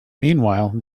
meanwhile